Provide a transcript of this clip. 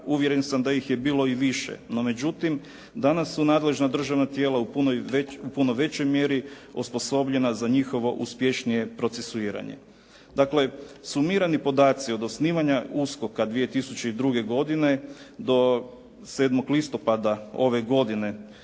Uvjeren sam da ih je bilo i više. No međutim, danas su nadležna državna tijela u puno većoj mjeri osposobljena za njihovo uspješnije procesuiranje. Dakle, sumirani podaci od osnivanja USKOK-a 2002. godine do 7. listopada ove godine,